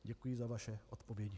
Děkuji za vaše odpovědi.